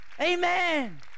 Amen